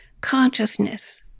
consciousness